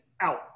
out